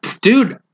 Dude